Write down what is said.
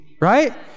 right